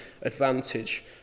advantage